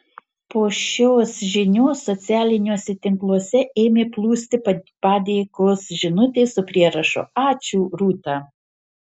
po šios žinios socialiniuose tinkluose ėmė plūsti padėkos žinutės su prierašu ačiū rūta